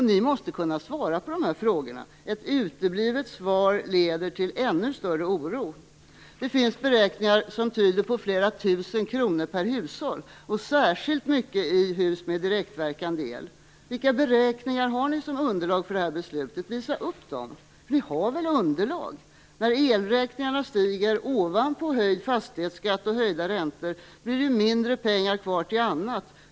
Ni måste kunna svara på de här frågorna - ett uteblivet svar leder till ännu större oro. Det finns beräkningar som tyder på flera tusen kronor per hushåll. Särskilt mycket blir det i hus med direktverkande el. Vilka beräkningar har ni som underlag för det här beslutet? Visa upp dem! För ni har väl underlag? När elräkningarna blir större, ovanpå höjd fastighetsskatt och höjda räntor, blir det mindre pengar kvar till annat.